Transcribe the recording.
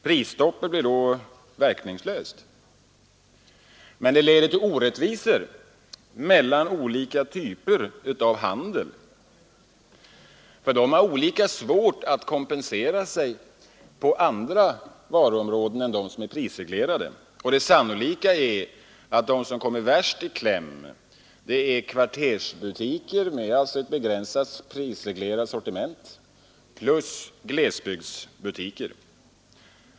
Prisstoppet blir då verkningslöst, men det leder till orättvisor mellan olika typer av handel, ty de har olika svårt att kompensera sig på andra varuområden än de prisreglerade. Det sannolika är att de som kommer värst i kläm är kvartersbutiker med ett begränsat, prisreglerat sortiment och glesbygdsbutiker.